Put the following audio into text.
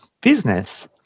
business